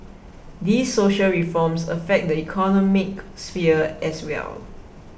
these social reforms affect the economic sphere as well